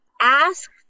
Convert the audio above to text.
Ask